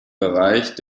bereich